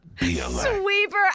Sweeper